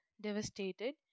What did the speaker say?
devastated